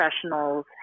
professionals